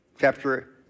chapter